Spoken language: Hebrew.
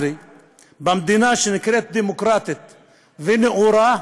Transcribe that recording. במדינה שנקראת דמוקרטית ונאורה,